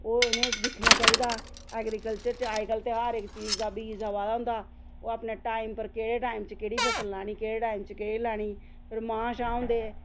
ओह् इ'नें दिक्खना चाहिदा ऐग्रिकल्चर च अज्जकल ते हर इक चीज दा बीज आवा दा होंदा ओह् अपने टाइम पर केह्ड़े टैम च केह्ड़े फसल लानी केह्ड़े टाइम च केह्ड़ी लानी फिर मांह् छांह् होंदे